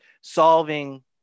solving